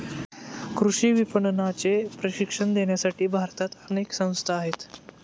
कृषी विपणनाचे प्रशिक्षण देण्यासाठी भारतात अनेक संस्था आहेत